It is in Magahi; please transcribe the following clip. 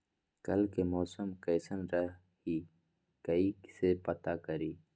कल के मौसम कैसन रही कई से पता करी?